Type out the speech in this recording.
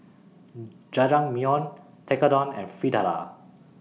Jajangmyeon Tekkadon and Fritada